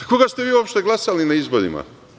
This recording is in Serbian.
Za koga ste vi uopšte glasali na izborima?